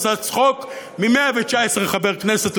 ועושה צחוק מ-119 חברי כנסת,